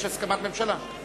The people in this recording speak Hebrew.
יש לו עוד שאילתא בעל-פה.